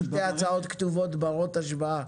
הצעות כתובות ברות השוואה,